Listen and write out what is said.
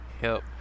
Help